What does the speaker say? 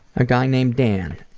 a guy named dan,